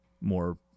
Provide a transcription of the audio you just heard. more